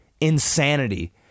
insanity